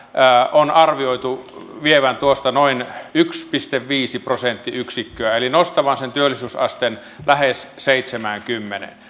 on arvioitu vievän tuosta noin yksi pilkku viisi prosenttiyksikköä eli nostavan sen työllisyysasteen lähes seitsemäänkymmeneen